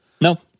No